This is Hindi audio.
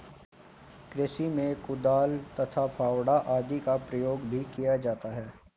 कृषि में कुदाल तथा फावड़ा आदि का प्रयोग भी किया जाता है